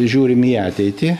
žiūrim į ateitį